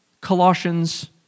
Colossians